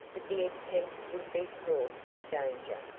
but the attempt would be fraught with danger.